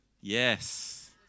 Yes